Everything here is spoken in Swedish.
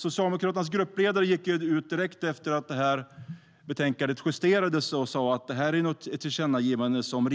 Socialdemokraternas gruppledare gick ut direkt efter att betänkandet justerades och sa att regeringen kunde strunta